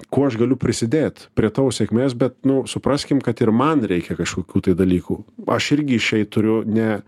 kuo aš galiu prisidėt prie tavo sėkmės bet nu supraskim kad ir man reikia kažkokių tai dalykų aš irgi išeit turiu ne